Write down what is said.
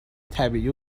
طبیعی